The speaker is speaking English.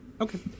Okay